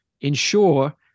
ensure